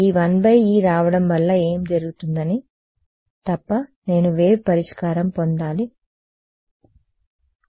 ఈ 1e రావడం వల్ల ఏం జరుగుతుందని తప్ప నేను వేవ్ పరిష్కారం పొందాలి పరిష్కారం